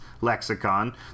lexicon